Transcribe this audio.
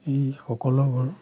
এই সকলোবোৰ